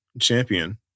champion